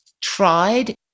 tried